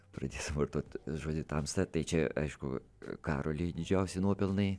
pradėtum vartot žodį tamsta tai čia aišku karoliui didžiausi nuopelnai